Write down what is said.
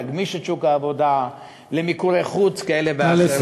להגמיש את שוק העבודה למיקורי חוץ כאלה ואחרים.